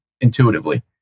intuitively